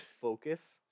focus